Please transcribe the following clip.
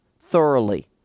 thoroughly